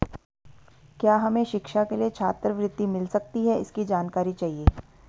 क्या हमें शिक्षा के लिए छात्रवृत्ति मिल सकती है इसकी जानकारी चाहिए?